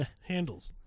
Handles